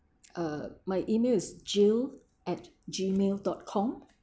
uh my email is jill at G mail dot com